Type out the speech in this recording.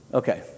okay